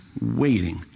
waiting